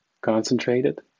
concentrated